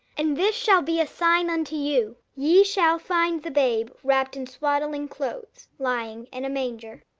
and this shall be a sign unto you ye shall find the babe wrapped in swaddling clothes, lying in a manger.